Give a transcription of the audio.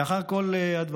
לאחר כל דבריי